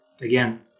again